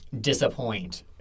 Disappoint